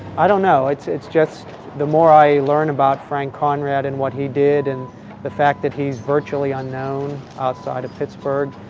i don't know. it's it's just the more i learn about frank conrad and what he did and the fact that he's virtually unknown outside of pittsburgh,